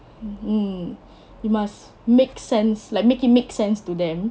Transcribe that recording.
hmm we must make sense like make it make sense to them